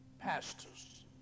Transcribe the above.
Pastors